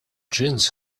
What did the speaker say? jeans